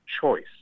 choice